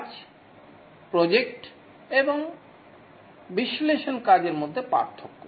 কাজ প্রজেক্টএবং বিশ্লেষণ কাজের মধ্যে পার্থক্য